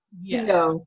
Yes